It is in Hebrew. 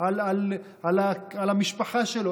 על המשפחה שלו,